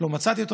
לא מצאתי,